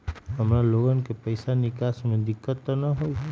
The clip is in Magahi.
हमार लोगन के पैसा निकास में दिक्कत त न होई?